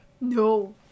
No